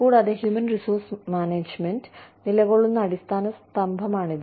കൂടാതെ human resource management നിലകൊള്ളുന്ന അടിസ്ഥാന സ്തംഭമാണിത്